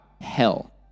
hell